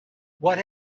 what